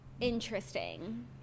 interesting